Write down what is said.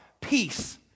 peace